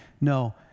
No